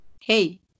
Hey